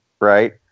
right –